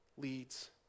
leads